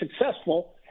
successful